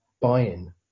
buy-in